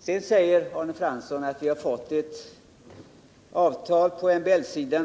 Sedan säger Arne Fransson att vi fått ett MBL-avtal.